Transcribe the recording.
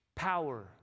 Power